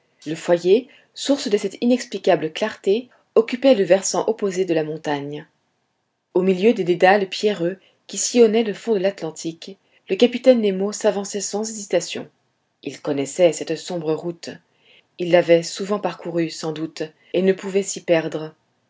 le foyer source de cette inexplicable darté occupait le versant opposé de la montagne au milieu des dédales pierreux qui sillonnaient le fond de l'atlantique le capitaine nemo s'avançait sans hésitation il connaissait cette sombre route il l'avait souvent parcourue sans doute et ne pouvait s'y perdre